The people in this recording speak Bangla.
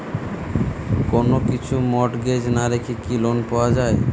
কোন কিছু মর্টগেজ না রেখে কি লোন পাওয়া য়ায়?